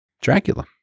Dracula